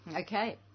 Okay